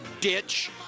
ditch